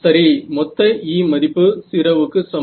சரி மொத்த E மதிப்பு 0 வுக்கு சமம்